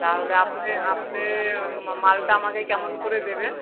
তাহলে আপনি আপনি মালটা আমাকে কেমন করে দেবেন